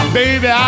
baby